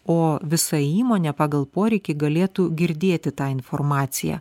o visa įmonė pagal poreikį galėtų girdėti tą informaciją